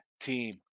team